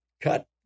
cut